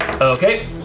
Okay